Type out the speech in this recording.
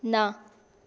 ना